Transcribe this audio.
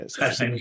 yes